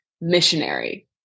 missionary